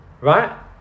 Right